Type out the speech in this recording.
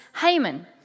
Haman